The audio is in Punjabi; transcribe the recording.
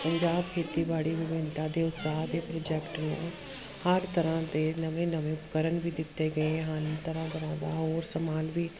ਪੰਜਾਬ ਖੇਤੀਬਾੜੀ ਵਿਭਿੰਨਤਾ ਦੇ ਉਤਸ਼ਾਹ ਦੇ ਪ੍ਰੋਰੋਜੈਕਟ ਨੂੰ ਹਰ ਤਰ੍ਹਾਂ ਦੇ ਨਵੇਂ ਨਵੇਂ ਉਪਕਰਣ ਵੀ ਦਿੱਤੇ ਗਏ ਹਨ ਤਰ੍ਹਾਂ ਤਰ੍ਹਾਂ ਦਾ ਹੋਰ ਸਮਾਨ ਵੀ